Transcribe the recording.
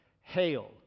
hail